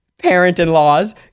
parent-in-laws